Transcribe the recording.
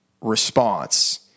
response